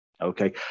Okay